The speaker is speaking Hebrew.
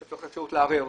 שתהיה אפשרות לערער,